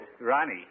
Ronnie